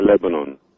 Lebanon